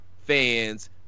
fans